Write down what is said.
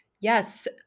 Yes